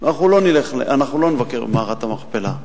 אנחנו לא נבקר במערת המכפלה.